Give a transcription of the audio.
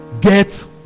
Get